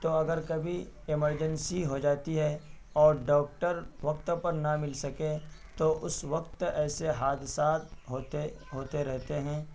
تو اگر کبھی ایمرجنسی ہو جاتی ہے اور ڈاکٹر وقت پر نہ مل سکے تو اس وقت ایسے حادثات ہوتے ہوتے رہتے ہیں